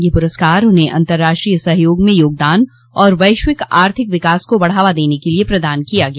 यह पुरस्कार उन्हें अंतर्राष्ट्रीय सहयोग में योगदान और वैश्विक आर्थिक विकास को बढ़ावा देने के लिए प्रदान किया गया